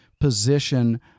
position